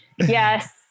yes